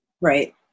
right